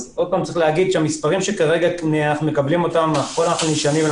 צריך להגיד שהמספרים שכרגע אנחנו מקבלים מדברים על